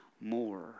more